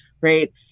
right